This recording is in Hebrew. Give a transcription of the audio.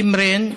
תמרן,